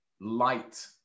light